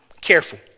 careful